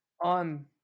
on